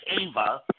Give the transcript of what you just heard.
Ava